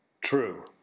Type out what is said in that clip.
True